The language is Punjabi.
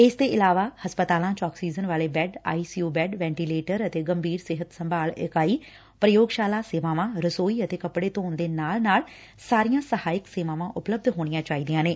ਇਸ ਦੇ ਇਲਾਵਾ ਹਸਪਤਾਲਾਂ ਚ ਆਕਸੀਜਨ ਵਾਲੇ bed I C U bed ventilator ਅਤੇ ੰਭੀਰ ਸਿਹਤ ਸੰਭਾਲ ਇਕਾਈ ਪ੍ਰਯੋਗਸ਼ਾਲਾ ਸੇਵਾਵਾਂ ਰਸੋਈ ਅਤੇ ਕਪੜੇ ਧੋਣ ਦੇ ਨਾਲ ਨਾਲ ਸਾਰੀਆਂ ਸਹਾਇਕ ਸੇਵਾਵਾਂ ਉਪਲਬੱਧ ਹੋਣੀਆਂ ਚਾਹੀਦੀਆਂ ਨੇ